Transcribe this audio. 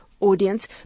audience